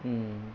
mm